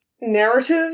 narrative